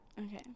okay